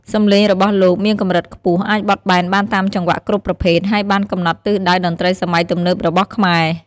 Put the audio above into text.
សំឡេងរបស់លោកមានកម្រិតខ្ពស់ អាចបត់បែនបានតាមចង្វាក់គ្រប់ប្រភេទ ហើយបានកំណត់ទិសដៅតន្ត្រីសម័យទំនើបរបស់ខ្មែរ។